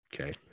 Okay